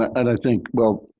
and i think, well,